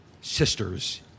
sisters